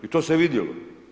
I to se vidjelo.